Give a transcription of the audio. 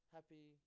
happy